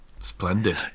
Splendid